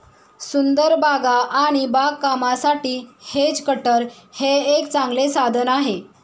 सुंदर बागा आणि बागकामासाठी हेज कटर हे एक चांगले साधन आहे